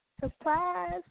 Surprise